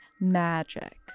magic